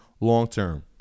long-term